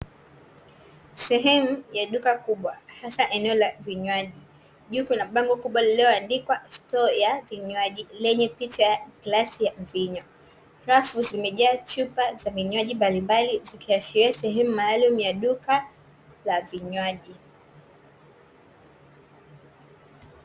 Sehemu ya duka kubwa hasa eneo la vinywaji, juu kuna bango kubwa lilioandikwa stoo ya vinywaji lenye picha ya glasi ya mvinyo, kreti zimejaa chupa za vinywaji mbalimbali zikiashiria sehemu maalumu ya duka la vinywaji